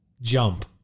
Jump